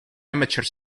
amateur